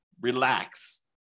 relax